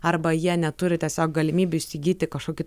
arba jie neturi tiesiog galimybių įsigyti kažkokį